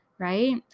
Right